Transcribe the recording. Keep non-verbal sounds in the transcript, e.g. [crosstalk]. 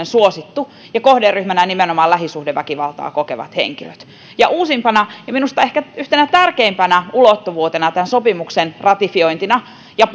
[unintelligible] suosittu ja kohderyhmänä ovat nimenomaan lähisuhdeväkivaltaa kokevat henkilöt ja uusimpana ja minusta ehkä yhtenä tärkeimpänä ulottuvuutena tämän sopimuksen ratifiointina ja [unintelligible]